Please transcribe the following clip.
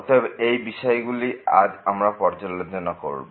অতএব এই বিষয়গুলি আজ আমরা পর্যালোচনা করব